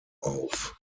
auf